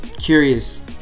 Curious